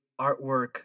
artwork